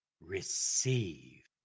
receive